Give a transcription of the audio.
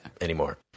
anymore